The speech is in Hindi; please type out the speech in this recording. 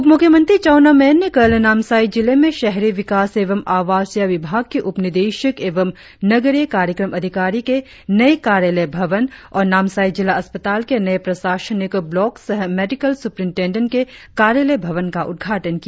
उप मुख्यमंत्री चाउना मेन ने कल नामसाई जिले में शहरी विकास एवं आवासीय विभाग के उप निदेशक एवं नगरीय कार्यक्रम अधिकारी के नए कार्यालय भवन और नामसाई जिला अस्पताल के नए प्रशासनिक ब्लॉक सह मेडिकल सुपेरिनटेंडेन्ट के कार्यालय भवन का उद्घाटन किया